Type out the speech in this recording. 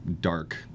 dark